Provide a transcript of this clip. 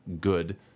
good